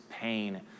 pain